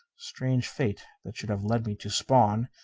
strange fate that should have led me to spawn!